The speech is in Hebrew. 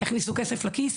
יכניסו כסף לכיס,